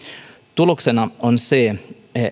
tuloksena on se